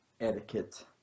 etiquette